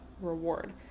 reward